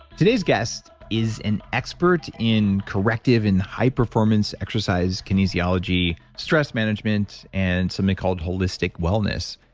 today's guest is an expert in corrective in the high performance exercise, kinesiology, stress management, and something called holistic wellness.